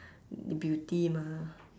beauty mah